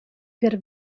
per